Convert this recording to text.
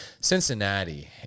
cincinnati